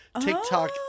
TikTok